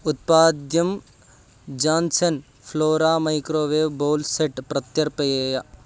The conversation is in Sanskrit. उत्पाद्यं Johnson Flora microwave bowl set प्रत्यर्पयेयम्